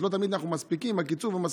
אז לא תמיד אנחנו מספיקים עם הקיצור ומסכימים,